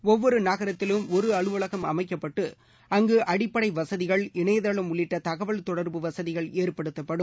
ஒவ்வொரு நகரத்திலும் ஒரு அலுவலகம் அமைக்கப்பட்டு அங்கு அடிப்படை வசதிகள் இணையதளம் உள்ளிட்ட தகவல் தொடர்பு வசதிகள் ஏற்படுத்தப்படும்